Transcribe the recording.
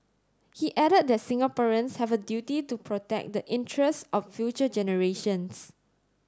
he added that Singaporeans have a duty to protect the interest of future generations